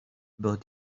about